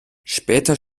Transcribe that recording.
später